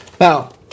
Now